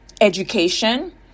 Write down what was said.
education